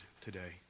today